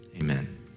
Amen